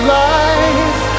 life